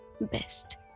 Best